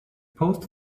paused